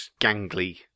gangly